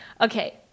Okay